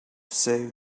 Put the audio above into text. save